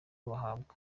bahabwa